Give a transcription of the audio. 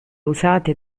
usate